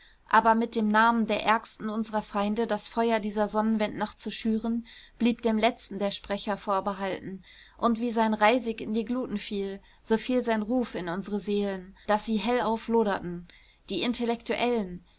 aber mit dem namen der ärgsten unserer feinde das feuer dieser sonnwendnacht zu schüren blieb dem letzten der sprecher vorbehalten und wie sein reisig in die gluten fiel so fiel sein ruf in unsere seelen daß sie hellauf loderten die intellektuellen